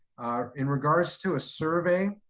in regards to a survey,